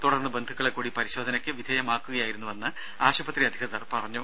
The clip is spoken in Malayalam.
തുടർന്ന് ബന്ധുക്കളെ കൂടി പരിശോധനക്ക് വിധേയമാക്കുകയായിരുന്നുവെന്ന് ആശുപത്രി അധികൃതർ പറഞ്ഞു